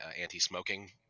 anti-smoking